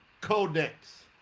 Codex